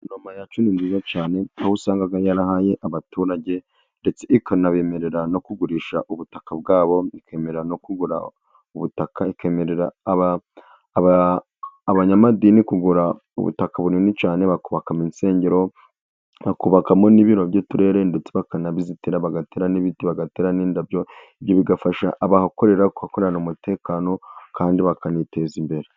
Guverinoma yacu ni nziza cyane, aho usanga yarahaye abaturage, ndetse ikanabemerera no kugurisha ubutaka bwabo ,ikemera no kugura ubutaka, ikemerera abanyamadini kugura ubutaka bunini cyane, bakubakamo insengero ,bakubakamo n'ibiro by'uturere, ndetse bakanabizitira ,bagatera n'ibiti, bagatera n'indabyo, ibyo bigafasha abahakorera gukorana umutekano, kandi bakaniteza imbere.